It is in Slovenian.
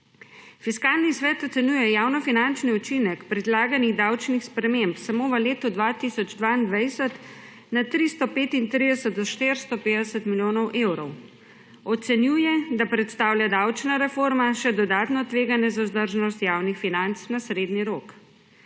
Fiskalni svet ocenjuje javnofinančni učinek predlaganih davčnih sprememb samo v letu 2022 na 335 do 450 milijonov evrov. Ocenjuje, da predstavlja davčna reforma še dodatno tveganje za vzdržnost javnih financ na srednji rok.